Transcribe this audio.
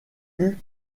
eut